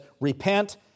repent